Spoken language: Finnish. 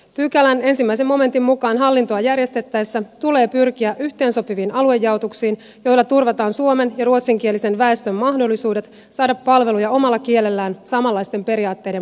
pykälän ensimmäisen momentin mukaan hallintoa järjestettäessä tulee pyrkiä yhteensopiviin aluejaotuksiin joilla turvataan suomen ja ruotsinkielisen väestön mahdollisuudet saada palveluja omalla kielellään samanlaisten periaatteiden mukaisesti